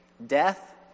Death